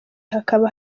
hakaba